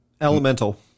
Elemental